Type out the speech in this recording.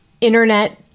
internet